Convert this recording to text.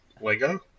Lego